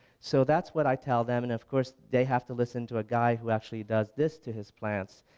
so that's what i tell them and of course they have to listen to a guy who actually does this to his plants,